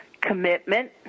Commitment